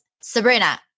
Sabrina